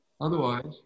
Otherwise